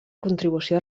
contribució